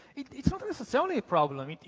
it's not necessarily a problem. i mean